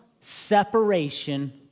separation